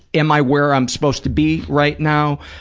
am i where i'm supposed to be right now?